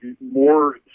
more